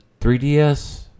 3DS